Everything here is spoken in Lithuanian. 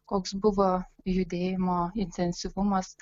koks buvo judėjimo intensyvumas